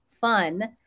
fun